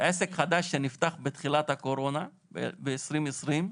עסק חדש שנפתח בתחילת הקורונה, ב-2020,